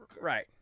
Right